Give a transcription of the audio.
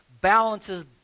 balances